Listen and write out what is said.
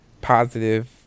positive